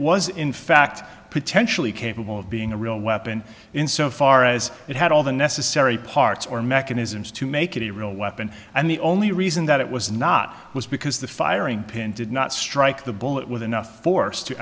was in fact potentially capable of being a real weapon in so far as it had all the necessary parts or mechanisms to make it a real weapon and the only reason that it was not was because the firing pin did not strike the bullet with enough force to